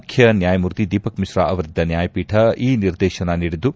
ಮುಖ್ಯ ನ್ಯಾಯಮೂರ್ತಿ ದೀಪಕ್ ಮಿಶ್ರಾ ಅವರಿದ್ದ ನ್ಯಾಯಪೀಠ ಈ ನಿರ್ದೇತನ ನೀಡಿದ್ದು